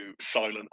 silent